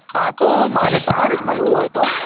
હા તો મારે તમારે જ મળવું હોય તો